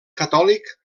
catòlic